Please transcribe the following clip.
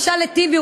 תשאל את טיבי,